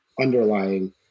underlying